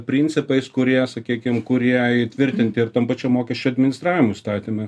principais kurie sakykim kurie įtvirtinti ir tam pačiam mokesčių administravimo įstatyme